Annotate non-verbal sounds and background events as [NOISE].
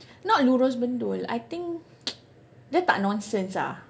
not lurus bendul I think [NOISE] dia tak nonsense ah